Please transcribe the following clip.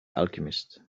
alchemist